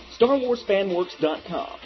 StarWarsFanWorks.com